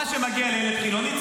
מה שמגיע לילד חילוני,